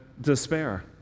despair